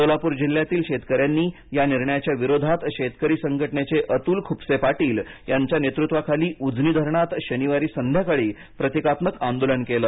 सोलापुर जिल्ह्यातील शेतकऱ्यांनी या निर्णयाच्या विरोधात शेतकरी संघटनेचे अतुल खुपसे पाटील यांच्या नेतृत्वाखाली उजनी धरणात शनिवारी संध्याकाळी प्रतीकात्मक आंदोलन केलं